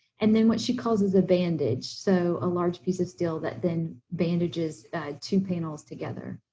and then, what she calls a bandage, so a large piece of steel that then bandages two panels together.